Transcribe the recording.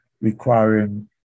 requiring